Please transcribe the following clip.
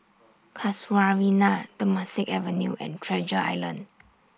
Casuarina Temasek Avenue and Treasure Island